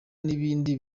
n’ibindi